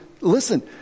listen